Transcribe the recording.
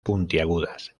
puntiagudas